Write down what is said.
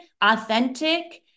authentic